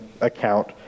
account